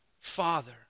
father